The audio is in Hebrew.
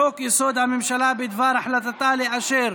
לחוק-יסוד: הממשלה בדבר החלטתה לאשר